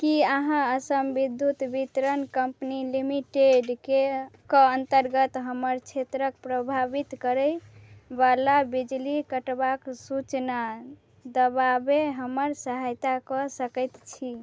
कि अहाँ असम विद्युत वितरण कम्पनी लिमिटेडके अन्तर्गत हमर क्षेत्रके प्रभावित करैवला बिजली कटबाक सूचना देबामे हमर सहायता कऽ सकै छी